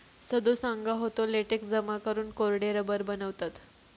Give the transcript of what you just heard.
सदो सांगा होतो, लेटेक्स जमा करून कोरडे रबर बनवतत